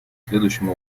следующим